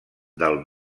del